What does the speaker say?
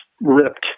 ripped